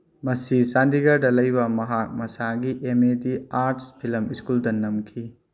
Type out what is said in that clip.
ꯃꯁꯤ ꯆꯥꯟꯗꯤꯒꯔꯗ ꯂꯩꯕ ꯃꯍꯥꯛ ꯃꯁꯥꯒꯤ ꯑꯦꯝ ꯑꯦ ꯗꯤ ꯑꯥꯔꯠꯁ ꯐꯤꯂꯝ ꯁ꯭ꯀꯨꯜꯗ ꯅꯝꯈꯤ